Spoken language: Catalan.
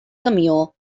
camió